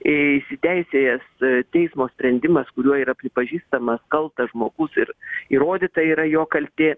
įsiteisėjęs teismo sprendimas kuriuo yra pripažįstamas kaltas žmogus ir įrodyta yra jo kaltė